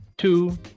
Two